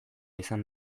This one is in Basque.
izan